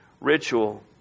ritual